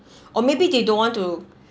or maybe they don't want to